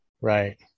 right